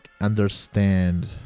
understand